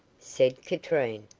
said katrine,